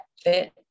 fit